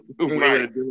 Right